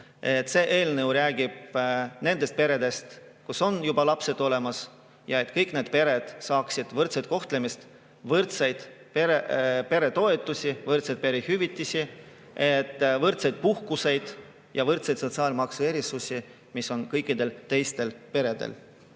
See eelnõu räägib nendest peredest, kus on juba lapsed olemas, ja et kõik need pered saaksid võrdset kohtlemist, võrdseid peretoetusi, võrdseid perehüvitisi, võrdseid puhkuseid ja võrdseid sotsiaalmaksu erisusi, mis on kõikidel teistel peredel.